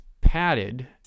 padded